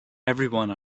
everyone